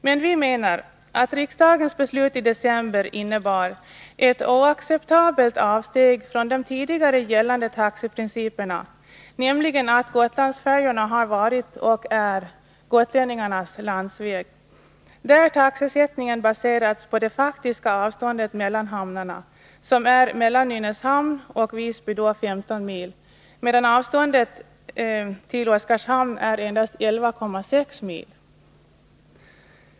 Men vi menar att riksdagens beslut i december innebar ett oacceptabelt avsteg från de tidigare gällande taxeprinciperna, där man tagit hänsyn till att Gotlandsfärjorna har varit och är gotlänningarnas landsväg och där taxesättningen baserats på det faktiska avståndet mellan hamnarna. Detta är 15 mil mellan Visby och Nynäshamn, medan det mellan Visby och Oskarshamn är endast 11,6 mil.